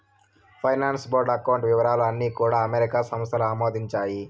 finance board account వివరాలు అన్నీ కూడా అమెరికా సంస్థలు ఆమోదించాయి